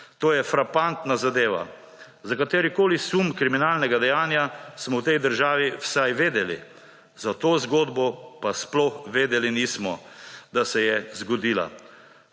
To je frapantna zadeva. Za katerikoli sum kriminalnega dejanja smo v tej državi vsaj vedeli, za to zgodbo pa sploh vedeli nismo, da se je zgodila.